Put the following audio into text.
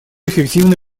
эффективно